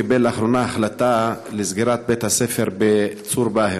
קיבל לאחרונה החלטה על סגירת בית-ספר בצור באהר,